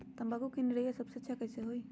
तम्बाकू के निरैया सबसे अच्छा कई से होई?